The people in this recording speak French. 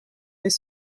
les